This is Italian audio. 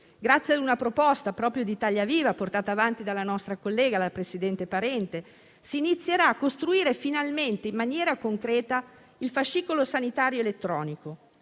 grazie ad una proposta proprio di Italia Viva, portata avanti dalla nostra collega, la presidente Parente, si inizierà a costruire finalmente in maniera concreta il fascicolo sanitario elettronico,